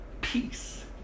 Peace